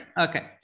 okay